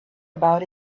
about